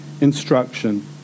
instruction